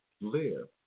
live